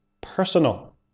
personal